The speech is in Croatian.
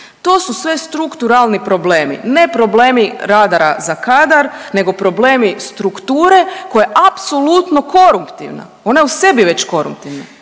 To su sve strukturalni problemi, ne problemi radara za kadar nego problemi strukture koja je apsolutno koruptivna. Ona je u sebi već koruptivna.